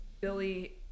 Billy